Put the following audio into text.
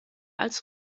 als